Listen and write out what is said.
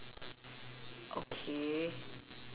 okay